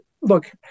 look